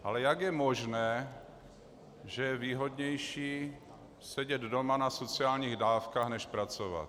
Ale jak je možné, že je výhodnější sedět doma na sociálních dávkách než pracovat?